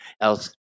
else